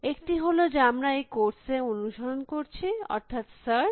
একটি হল যা আমরা এই কোর্স এ অনুসরণ করছি অর্থাৎ সার্চ